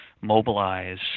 mobilize